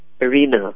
arena